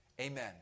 Amen